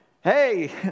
Hey